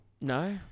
No